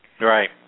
Right